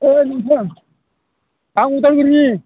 ओइ नोंथां आं उदालगुरिनि